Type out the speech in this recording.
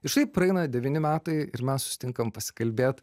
ir štai praeina devyni metai ir mes susitinkam pasikalbėt